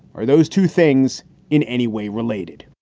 are those two things in any way related?